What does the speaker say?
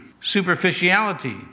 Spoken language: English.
superficiality